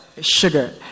Sugar